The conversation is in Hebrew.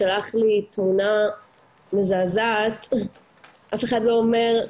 שלח לי תמונה מזעזעת אף אחד לא אומר,